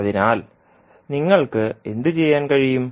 അതിനാൽ നിങ്ങൾക്ക് എന്തുചെയ്യാൻ കഴിയും